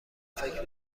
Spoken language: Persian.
فکر